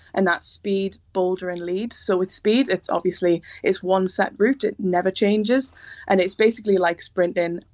and that's speed, boulder and lead. so, with speed, it's obviously it's one set route, it never changes and it's basically like sprinting,